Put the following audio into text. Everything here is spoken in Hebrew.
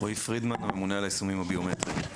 רועי פרידמן, ממונה על היישומים הביומטריים.